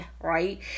right